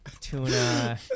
tuna